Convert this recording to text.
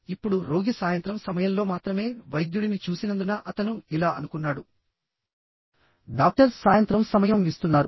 ఇప్పుడు రోగి సాయంత్రం సమయంలో మాత్రమే వైద్యుడిని చూసినందున అతను ఇలా అనుకున్నాడు డాక్టర్ సాయంత్రం సమయం ఇస్తున్నారు